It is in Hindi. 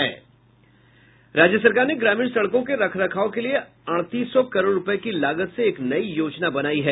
राज्य सरकार ने ग्रामीण सड़कों के रख रखाव के लिये अड़तीस सौ करोड़ रूपये की लागत से एक नई योजना बनायी है